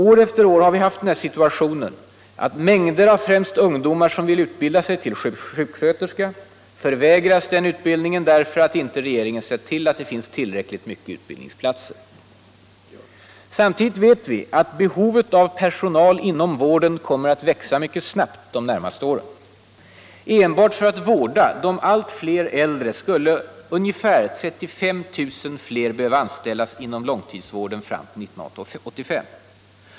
År efter år har vi haft den här situationen. Mängder av ungdomar som vill utbilda sig till sjuksköterskor förvägras den utbildningen därför att inte regeringen sett till att det finns tillräckligt många utbildningsplatser. Samtidigt vet vi att behovet av personal inom vården kommer att växa mycket snabbt de närmaste åren. Enbart för att vårda de allt fler äldre skulle ungefär 35 000 fler behöva anställas inom långtidsvården fram till 1985.